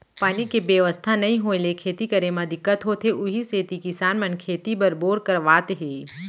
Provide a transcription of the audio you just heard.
पानी के बेवस्था नइ होय ले खेती करे म दिक्कत होथे उही सेती किसान मन खेती बर बोर करवात हे